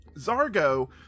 Zargo